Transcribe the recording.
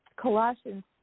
Colossians